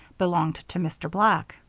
belonged to mr. black.